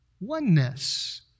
Oneness